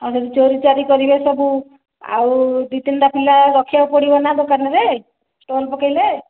ଆଉ ଯଦି ଚୋରିଚାରି କରିବେ ସବୁ ଆଉ ଦୁଇ ତିନି ଟା ପିଲା ରଖିବାକୁ ପଡ଼ିବ ନା ଦୋକାନ ରେ ଷ୍ଟଲ ପକେଇଲେ